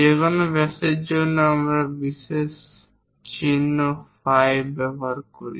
যেকোনো ব্যাসের জন্য আমরা বিশেষ চিহ্ন ফাই ব্যবহার করি